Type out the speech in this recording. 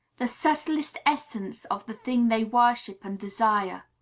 the subtlest essence of the thing they worship and desire,